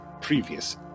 Previous